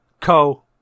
Co